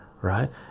right